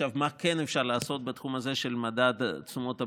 מה כן אפשר לעשות בתחום מדד תשומות הבנייה?